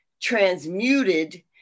transmuted